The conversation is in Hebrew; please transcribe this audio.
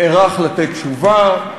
נערך לתת תשובה,